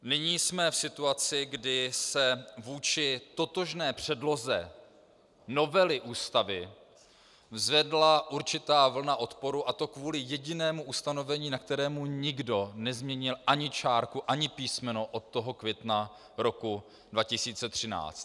Nyní jsme v situaci, kdy se vůči totožné předloze novely Ústavy zvedla určitá vlna odporu, a to kvůli jedinému ustanovení, na kterém nikdo nezměnil ani čárku, ani písmeno od toho května roku 2013.